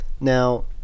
Now